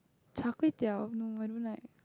Char-Kway-Teow no I don't like